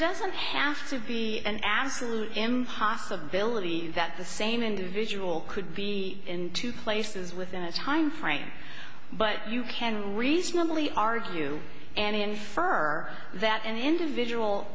doesn't have to be an absolute impossibility that the same individual could be in two places within a time frame but you can reasonably argue and infer that an individual